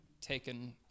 taken